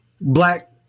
black